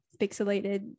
pixelated